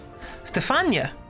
Stefania